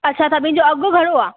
अच्छा सभिनि जो अघु घणो आहे